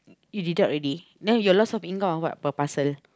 you deduct already now your of income of what per parcel